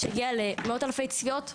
שהגיע למאות אלפי צפיות,